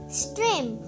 stream